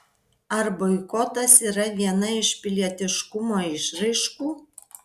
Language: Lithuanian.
ar boikotas yra viena iš pilietiškumo išraiškų